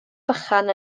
bychan